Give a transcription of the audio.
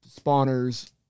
spawners